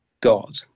God